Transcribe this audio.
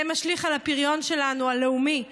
זה משליך על הפריון הלאומי שלנו,